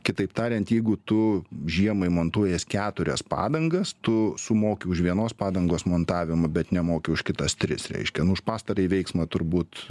kitaip tariant jeigu tu žiemai montuojies keturias padangas tu sumoki už vienos padangos montavimą bet nemoki už kitas tris reiškia nu už pastarąjį veiksmą turbūt